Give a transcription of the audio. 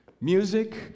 Music